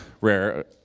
rare